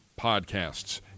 podcasts